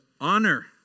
honor